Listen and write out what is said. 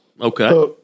Okay